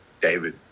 David